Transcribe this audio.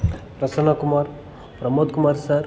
Prasanna Kumar Pramod Kumar sir